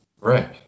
Right